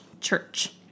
church